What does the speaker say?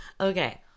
Okay